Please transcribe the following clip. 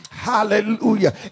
Hallelujah